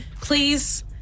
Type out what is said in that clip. please